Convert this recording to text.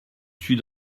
suis